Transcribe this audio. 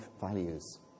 values